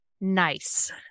Nice